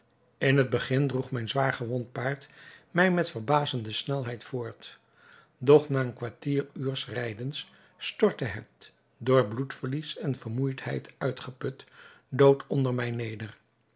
in t begin droeg mijn zwaar gewond paard mij met verbazende snelheid voort doch na een kwartier uurs rijdens stortte het door bloedverlies en vermoeidheid uitgeput dood onder mij neder